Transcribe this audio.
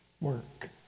work